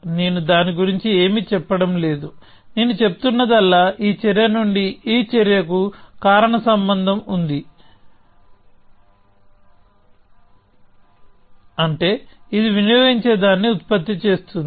నేను దాని గురించి ఏమీ చెప్పడం లేదు నేను చెబుతున్నదల్లా ఈ చర్య నుండి ఈ చర్యకు కారణసంబంధం ఉంది అంటే ఇది వినియోగించే దాన్ని ఉత్పత్తి చేస్తోంది